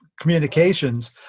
communications